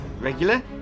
regular